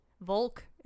Volk